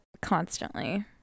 constantly